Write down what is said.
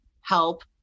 help